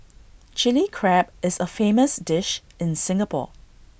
Chilli Crab is A famous dish in Singapore